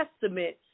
testament